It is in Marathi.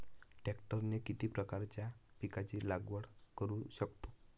ट्रॅक्टरने किती प्रकारच्या पिकाची लागवड करु शकतो?